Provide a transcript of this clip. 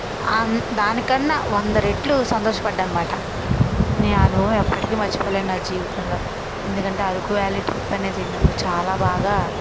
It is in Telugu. అన్ దానికన్నా వంద రెట్లు సంతోషపడ్డా అనమాట నేను ఆ అనుభవం ఎప్పటికీ మర్చిపోలేను నా జీవితంలో ఎందుకంటే అరకు వ్యాలీ ట్రిప్ అనేది నన్ను చాలా బాగా